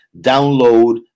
Download